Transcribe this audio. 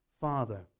Father